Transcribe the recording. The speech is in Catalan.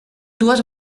dues